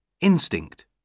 Instinct